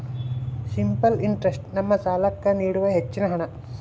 simple interest ನಮ್ಮ ಸಾಲ್ಲಾಕ್ಕ ನೀಡುವ ಹೆಚ್ಚಿನ ಹಣ್ಣ